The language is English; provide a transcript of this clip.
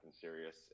serious